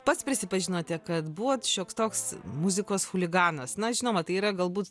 pats prisipažinote kad buvot šioks toks muzikos chuliganas na žinoma tai yra galbūt